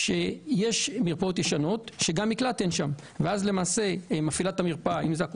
יש מרפאות ישנות שאין בהן מקלט ואז למעשה מפעילת המרפאה,